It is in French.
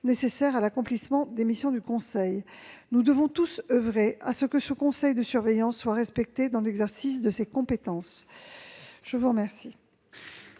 nécessaires à l'accomplissement des missions du conseil. Nous devons tous oeuvrer pour que le conseil de surveillance soit respecté dans l'exercice de ses compétences. Quel